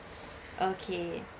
okay